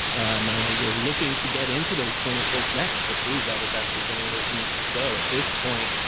ah we're looking to get into those clinicals next, to prove that it's actually going where it needs to go. at this point,